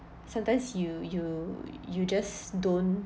sometimes you you you just don't